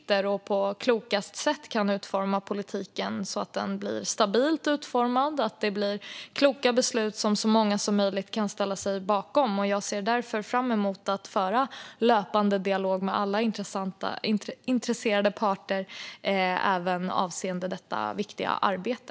Det handlar om att på klokast sätt utforma politiken så att den blir stabilt utformad och att det blir kloka beslut som så många som möjligt kan ställa sig bakom. Jag ser därför fram emot att föra en löpande dialog med alla intresserade parter även avseende detta viktiga arbete.